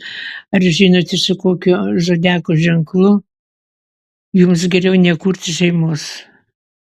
ar žinote su kokiu zodiako ženklu jums geriau nekurti šeimos